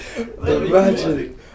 Imagine